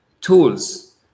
tools